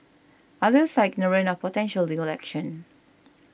others are ignorant of potential legal action